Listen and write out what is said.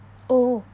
oh